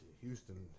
Houston